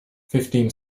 fifteen